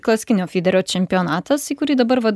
klasikinio fiderio čempionatas į kurį dabar vat